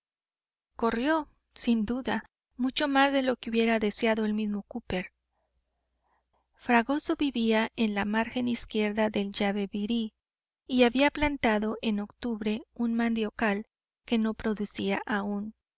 corrió sin duda mucho más de lo que hubiera deseado el mismo cooper fragoso vivía en la margen izquierda del yabebirí y había plantado en octubre un mandiocal que no producía aún